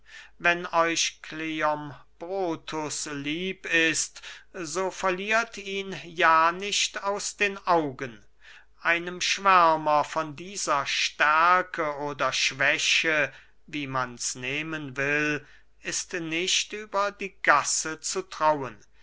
wenn euch kleombrotus lieb ist so verliert ihn ja nicht aus den augen einem schwärmer von dieser stärke oder schwäche wie mans nehmen will ist nicht über die gasse zu trauen